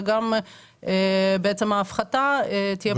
וגם בעצם ההפחתה תהיה פרוסה על פני שנה.